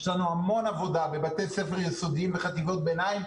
יש לנו המון עבודה בבתי ספר יסודיים וחטיבות ביניים,